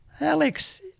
Alex